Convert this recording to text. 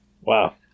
Wow